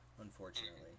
unfortunately